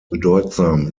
bedeutsam